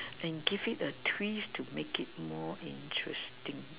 and give it a twist to make it more interesting